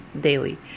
daily